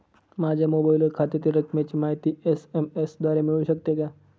माझ्या मोबाईलवर खात्यातील रकमेची माहिती एस.एम.एस द्वारे मिळू शकते का?